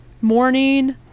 morning